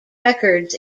records